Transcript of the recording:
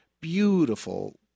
Beautiful